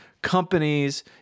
companies